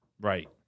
Right